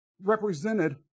represented